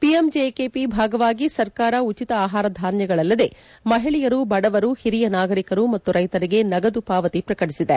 PMGKP ಭಾಗವಾಗಿ ಸರ್ಕಾರ ಉಚಿತ ಆಹಾರಧಾನ್ಯಗಳಲ್ಲದೆ ಮಹಿಳೆಯರು ಬಡವರು ಹಿರಿಯ ನಾಗರಿಕರು ಮತ್ತು ರೈತರಿಗೆ ನಗದು ಪಾವತಿ ಪ್ರಕಟಿಸಿದೆ